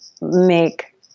make